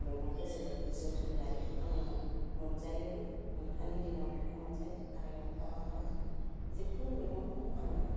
मेगंखौ जोबोद जोथोन लायो आङो मोनजायोबो मैथानि दिनाव मैथा मोनजायो आरो मैथा बांगाल जिखुनु मैगंखौनो आङो